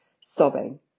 sobbing